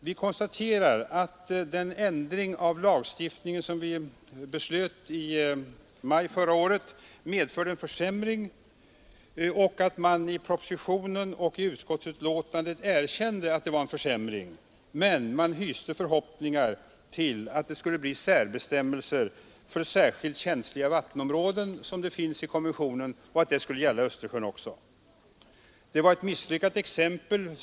Vi konstaterar att den ändring av lagstiftningen som riksdagen beslöt i maj förra året medförde en försämring och att man i propositionen och utskottsbetänkandet erkände det. Man hyste emellertid förhoppningar om att de särbestämmelser för särskilt känsliga vattenområden som skulle utarbetas också kunde gälla Östersjön.